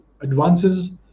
advances